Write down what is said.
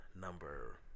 Number